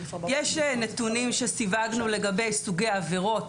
1,432. יש נתונים שסיווגנו לגבי סוגי העבירות,